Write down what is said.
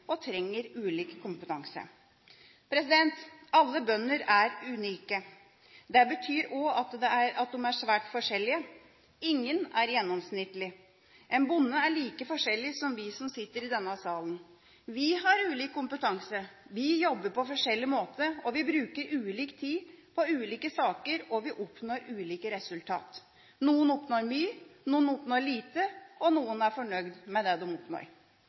og trenger ulik kompetanse. Alle bønder er unike. Det betyr også at de er svært forskjellige. Ingen er gjennomsnittlig. Bønder er like forskjellige som vi som sitter i denne salen. Vi har ulik kompetanse, vi jobber på forskjellig måte, vi bruker ulik tid på ulike saker, og vi oppnår ulike resultater. Noen oppnår mye, noen oppnår lite, og noen er fornøyd med det de oppnår.